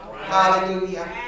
Hallelujah